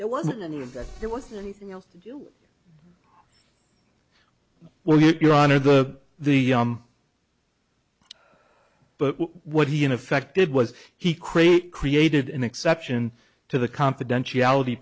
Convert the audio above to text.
there wasn't any of that there wasn't anything else to do well your honor the the but what he in effect did was he create created an exception to the confidentiality